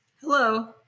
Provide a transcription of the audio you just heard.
Hello